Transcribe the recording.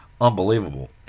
unbelievable